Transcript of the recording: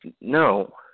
no